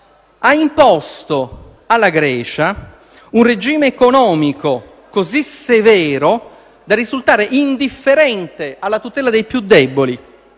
ha imposto alla Grecia un regime economico così severo da risultare indifferente alla tutela dei più deboli.